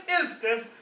instance